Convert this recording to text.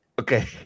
Okay